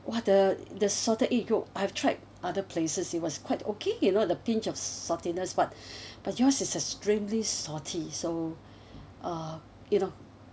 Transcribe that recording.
!wah! the the salted egg yolk I've tried other places it was quite okay you know the pinch of saltiness but but yours is extremely salty so uh you know